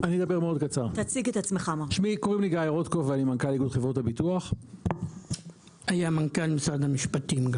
אני מנכ"ל חברות הביטוח --- היה גם מנכ"ל משרד המשפטים.